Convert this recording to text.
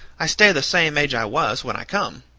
i stay the same age i was when i come.